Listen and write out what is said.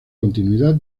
continuidad